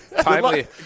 timely